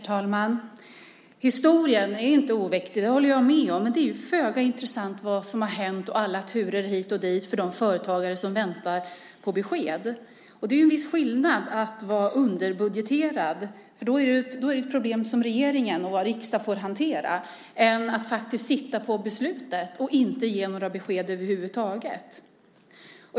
Herr talman! Historien är inte oviktig. Det håller jag med om. Men vad som har hänt och alla turer hit och dit är föga intressant för de företagare som väntar på besked. Det är en viss skillnad mellan att vara underbudgeterad - då är det ett problem som regeringen och riksdagen får hantera - och att faktiskt sitta på beslutet och inte ge några besked över huvud taget.